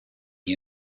you